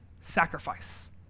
sacrifice